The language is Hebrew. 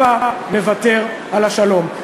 הבה נוותר על השלום".